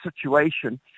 situation